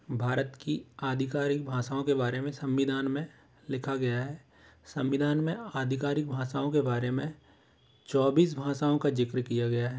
भारत की आधिकारिक भाषाओं के बारे में संविधान में लिखा गया है संविधान में आधिकारिक भाषाओं के बारे में चौबीस भाषाओं का जिक्र किया गया है